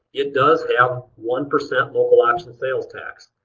it does have one percent local option sales tax.